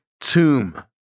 tomb